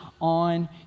on